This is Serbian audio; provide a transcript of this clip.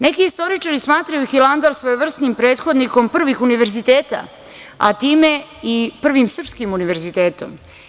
Neki istoričari smatraju Hilandar svojevrsnim prethodnikom prvih univerziteta, a time i prvim srpskim univerzitetom.